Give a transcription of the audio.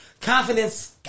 confidence